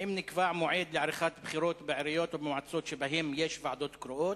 1. האם נקבע מועד לעריכת בחירות בעיריות ובמועצות שבהן ועדות קרואות?